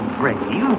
brave